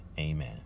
amen